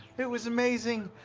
it was amazing.